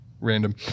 Random